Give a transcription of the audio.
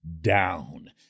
down